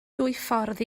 dwyffordd